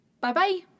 Bye-bye